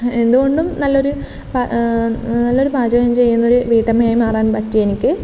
എന്ത് കൊണ്ടും നല്ലൊരു നല്ലൊരു പാചകം ചെയ്യുന്ന ഒരു വീട്ടമ്മയായി മാറാൻ പറ്റി എനിക്ക്